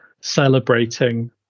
celebrating